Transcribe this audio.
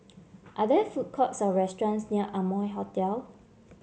are there food courts or restaurants near Amoy Hotel